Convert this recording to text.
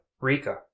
Rika